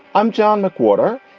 i'm john mcwhorter.